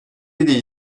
yedi